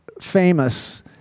famous